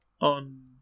On